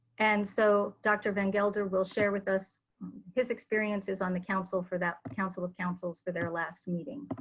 and so, dr. van gelder will share with us his experiences on the council for that council of councils for their last meeting.